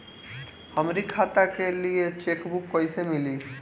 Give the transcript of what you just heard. हमरी खाता के लिए चेकबुक कईसे मिली?